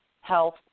health